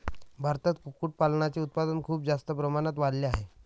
भारतात कुक्कुटपालनाचे उत्पादन खूप जास्त प्रमाणात वाढले आहे